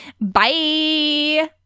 Bye